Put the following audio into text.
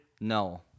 No